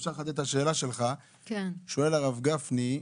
אם אפשר לחדד את השאלה שלך: שואל הרב גפני,